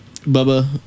Bubba